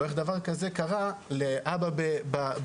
או איך דבר כזה קרה לאבא בצפון?